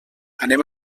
anem